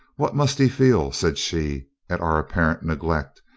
what must he feel said she, at our apparent neglect,